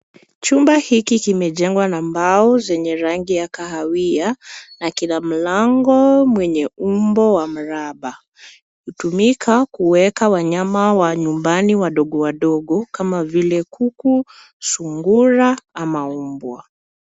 Chumba hiki kimejengwa na mbao zenye rangi ya kahawia na kina mlango mwenye umbo wa mraba. Hutumika kuweka wanyama wa nyumbani wadogo wadogo kama vile kuku, sungura ama mbwa.